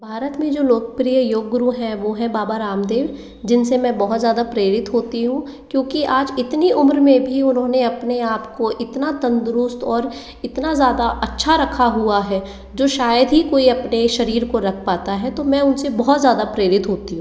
भारत में जो लोकप्रिय योग गुरु हैं वो है बाबा रामदेव जिनसे मैं बहुत ज़्यादा प्रेरित होती हूँ क्योंकि आज इतनी उम्र में भी उन्होंने अपने आपको इतना तंदुरुस्त और इतना ज़्यादा अच्छा रखा हुआ है जो शायद ही कोई अपने शरीर को रख पाता है तो मैं उनसे बहुत ज़्यादा प्रेरित होती हूँ